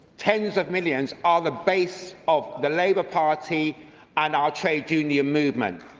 tens of millions, are the base of the labour party and our trade union movement.